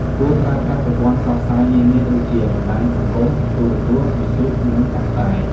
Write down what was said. គួរប្រើប្រាស់ប្រព័ន្ធផ្សព្វផ្សាយនានាដូចជា បណ្ដាញសង្គម ទូរទស្សន៍ វិទ្យុ និងកាសែត។